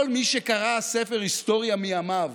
כל מי שקרא ספר היסטוריה מימיו